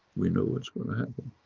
we know what's going to happen.